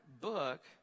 book